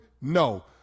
No